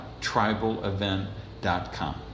tribalevent.com